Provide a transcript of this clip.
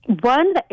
One